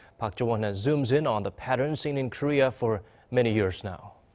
park ji-won has zooms in on the pattern seen in korea for many years now.